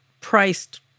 priced